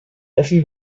essen